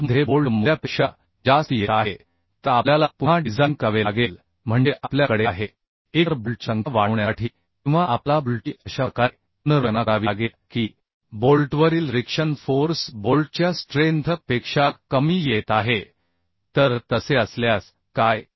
बोल्टमध्ये बोल्ट मूल्यापेक्षा जास्त येत आहे तर आपल्याला पुन्हा डिझाइन करावे लागेल म्हणजे आपल्या कडे आहेएकतर बोल्टची संख्या वाढवण्यासाठी किंवा आपल्याला बोल्टची अशा प्रकारे पुनर्रचना करावी लागेल की बोल्टवरील रिएक्शन फोर्स बोल्टच्या स्ट्रेंथ पेक्षा कमी येत आहे तर तसे असल्यास काय